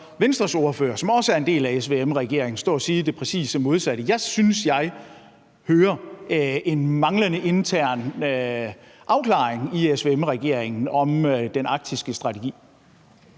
Venstres ordfører, som også er en del af SVM-regeringen, stå og sige præcis det modsatte. Jeg synes, jeg hører en manglende intern afklaring i SVM-regeringen om den arktiske strategi.